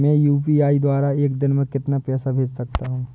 मैं यू.पी.आई द्वारा एक दिन में कितना पैसा भेज सकता हूँ?